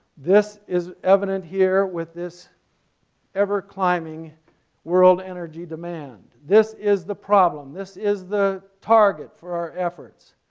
this is evident here with this ever climbing world energy demand. this is the problem. this is the target for our efforts.